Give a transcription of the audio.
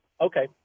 Okay